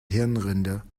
hirnrinde